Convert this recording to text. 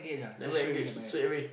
never engage straight away